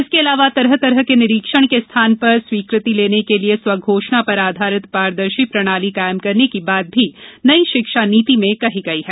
इसके अलावा तरह तरह के निरीक्षण के स्थान पर स्वीकृति लेने के लिए स्वघोषणा पर आधारित पारदर्शी प्रणाली कायम करने की बात भी नई शिक्षा नीति में कही गई है